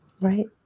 Right